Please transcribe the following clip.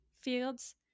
fields